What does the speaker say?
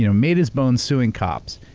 you know made his bones suing cops.